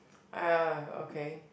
ah okay